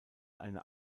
eine